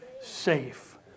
safe